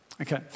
Okay